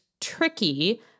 tricky